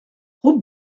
route